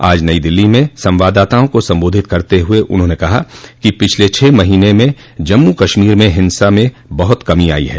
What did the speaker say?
आज नई दिल्ली में संवाददाताओं को संबोधित करते हुए उन्होंने कहा कि पिछले छह महीने में जम्मू कश्मीर में हिंसा म बहुत कमी आई है